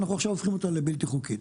אנחנו עכשיו הופכים אותה לבלתי חוקית.